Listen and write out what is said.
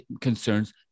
concerns